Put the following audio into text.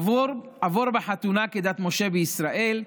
עבור בחתונה כדת משה וישראל,